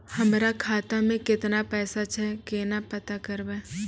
हमरा खाता मे केतना पैसा छै, केना पता करबै?